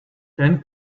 then